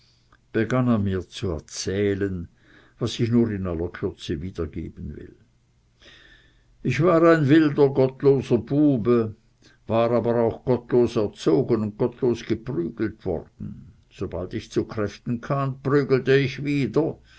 mir zu erzählen was ich nur in aller kürze wiedergeben will ich war ein wilder gottloser bube war aber auch gottlos erzogen und gottlos geprügelt worden sobald ich zu kräften kam prügelte ich wieder